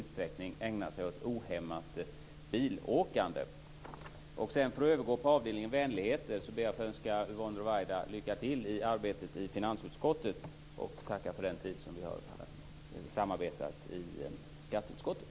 Jag tror att de ägnar sig åt ohämmat bilåkande i väldigt liten utsträckning. Låt mig sedan gå över till avdelningen vänligheter. Jag ber att få önska Yvonne Ruwaida lycka till i arbetet i finansutskottet och tackar för den tid som vi har samarbetat i skatteutskottet.